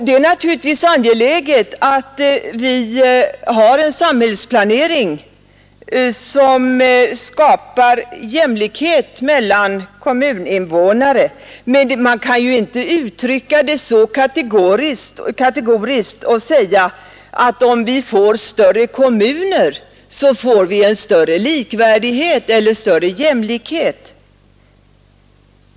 Det är naturligtvis angeläget att vi har en samhällsplanering som skapar jämlikhet mellan kommuninvånare, men man kan inte uttrycka det så kategoriskt som att om vi får större kommuner så får vi en ökad jämlikhet.